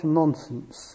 nonsense